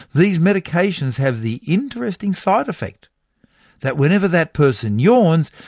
these medications have the interesting side effect that whenever that person yawns,